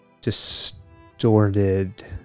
distorted